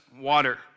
water